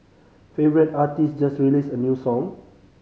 favourite artist just released a new song